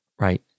right